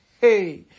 hey